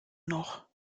noch